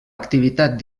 activitat